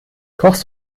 kochst